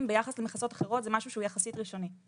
זה משהו שהוא יחסית ראשוני ביחס למכסות אחרות.